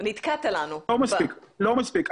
לא מספיק, לא מספיק.